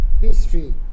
history